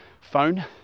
phone